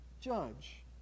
judge